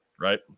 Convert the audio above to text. Right